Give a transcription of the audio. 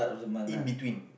in between